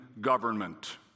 government